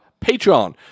Patreon